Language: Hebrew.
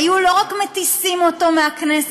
היו לא רק מטיסים אותו מהכנסת,